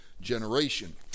generation